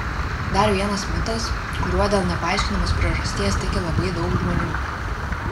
dar vienas mitas kuriuo dėl nepaaiškinamos priežasties tiki labai daug žmonių